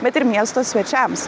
bet ir miesto svečiams